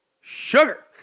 Sugar